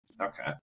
okay